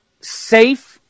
safe